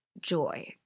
joy